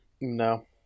No